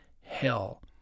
Hell